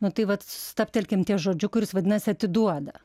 nu tai vat stabtelkim ties žodžiu kuris vadinasi atiduoda